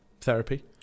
therapy